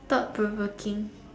thought provoking